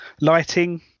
lighting